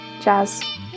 jazz